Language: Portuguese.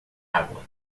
água